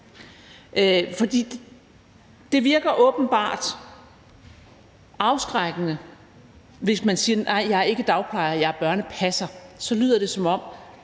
det virker åbenbart afskrækkende, hvis man siger: Nej, jeg er ikke dagplejer, jeg er børnepasser.